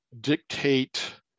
dictate